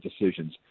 decisions